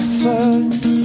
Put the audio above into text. first